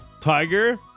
Tiger